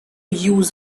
use